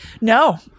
No